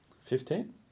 Fifteen